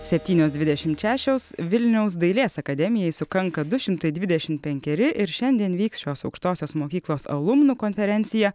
septynios dvidešimt šešios vilniaus dailės akademijai sukanka du šimtai dvidešimt penkeri ir šiandien vyks šios aukštosios mokyklos alumnų konferencija